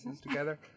together